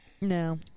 No